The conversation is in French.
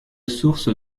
source